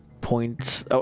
points